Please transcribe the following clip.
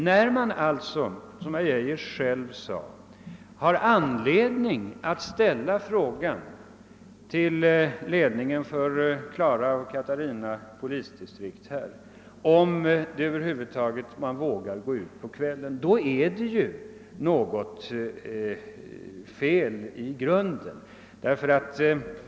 När det finns, som herr Geijer själv sade, anledning att till ledningen för Klara och Katarina polisdistrikt i Stockholm ställa frågan om man över huvud taget vågar gå ut på kvällen, då är det ju något fel i grunden.